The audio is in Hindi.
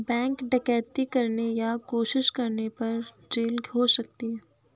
बैंक डकैती करने या कोशिश करने पर जेल हो सकती है